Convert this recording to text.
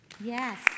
Yes